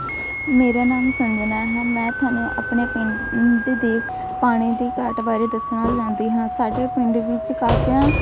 ਮੇਰਾ ਨਾਮ ਸੰਜਨਾ ਹੈ ਮੈਂ ਤੁਹਾਨੂੰ ਆਪਣੇ ਪਿੰਡ ਦੇ ਪਾਣੀ ਦੀ ਘਾਟ ਬਾਰੇ ਦੱਸਣਾ ਚਾਹੁੰਦੀ ਹਾਂ ਸਾਡੇ ਪਿੰਡ ਵਿੱਚ ਕਾਫੀਆਂ